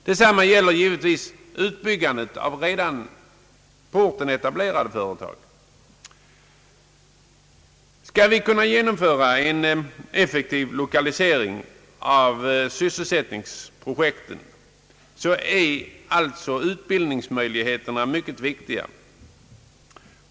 Detsamma gäller naturligtvis utbyggandet av redan på orten etablerade företag. Skall vi kunna genomföra en effektiv lokalisering av sysselsättningsprojekten, är alltså utbildningsmöjligheterna mycket viktiga.